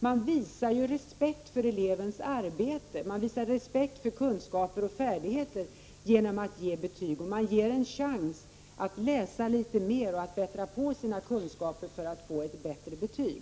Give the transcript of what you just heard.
Man visar respekt för elevens arbete, för kunskaper och färdigheter genom att ge betyg. Man ger eleven en chans att läsa litet mer och att bättra på sina kunskaper för att få ett bättre betyg.